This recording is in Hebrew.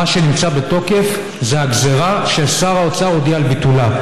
מה שנמצא בתוקף זה הגזרה ששר האוצר הודיע על ביטולה.